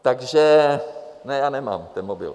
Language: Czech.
Takže ne, já nemám ten mobil.